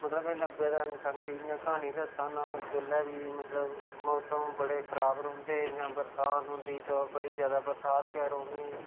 मतलब में नब्बै दे अंग संग दी इ'यां क्हानी दस्सा नां उस बेल्लै बी मतलब मौसम बड़े खराब रौंह्दे जि'यां बरसांत होंदी तां बड़ी जैदा बरसांत गै रौह्नी